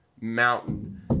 mountain